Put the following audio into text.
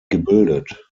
gebildet